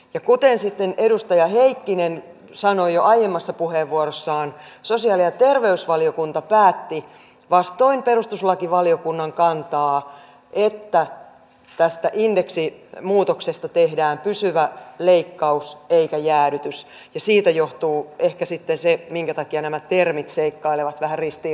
ja kuten sitten edustaja heikkinen sanoi jo aiemmassa puheenvuorossaan sosiaali ja terveysvaliokunta päätti vastoin perustuslakivaliokunnan kantaa että tästä indeksimuutoksesta tehdään pysyvä leikkaus eikä jäädytys ja siitä johtuu ehkä sitten se minkä takia nämä termit seikkailevat vähän ristiin rastiin